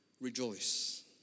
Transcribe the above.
rejoice